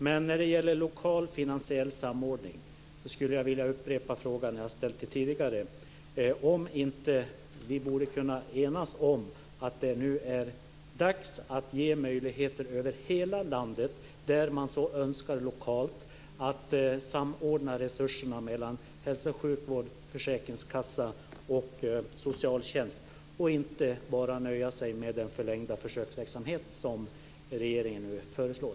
Men när det gäller lokal finansiell samordning vill jag upprepa den fråga jag ställt tidigare: Borde vi inte kunna enas om att det nu är dags att ge möjligheter över hela landet, där man så önskar lokalt, att samordna resurserna mellan hälso och sjukvård, försäkringskassa och socialtjänst? Vi borde inte bara nöja oss med den förlängda försöksverksamhet som regeringen nu föreslår.